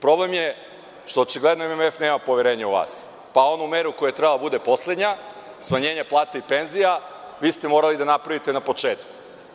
Problem je što očigledno MMF nema poverenja u vas, pa onu meru koja je trebalo da bude poslednja – smanjenje plata i penzija, vi ste morali da napravite na početku.